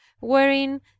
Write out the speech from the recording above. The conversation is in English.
wherein